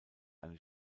eine